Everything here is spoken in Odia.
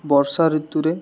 ବର୍ଷାଋତୁରେ